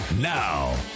Now